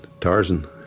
Tarzan